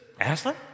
Aslan